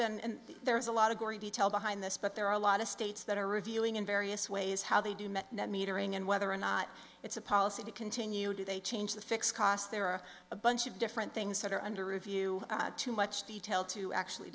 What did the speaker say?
and there is a lot of gory detail behind this but there are a lot of states that are reviewing in various ways how they do met net metering and whether or not it's a policy to continue do they change the fix cost there are a bunch of different things that are under review too much detail to actually